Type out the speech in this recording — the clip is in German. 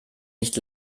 nicht